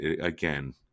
again